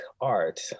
art